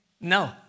No